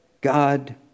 God